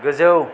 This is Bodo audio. गोजौ